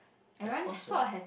I suppose so